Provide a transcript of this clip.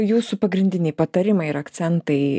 jūsų pagrindiniai patarimai ir akcentai